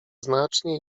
znacznie